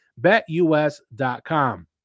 betus.com